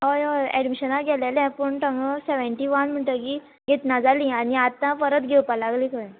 हय हय एडमिशना गेलेले पूण थंग सेवन्टी वन म्हणटगी घेतना जाली आनी आतां परत घेवपा लागलीं खंय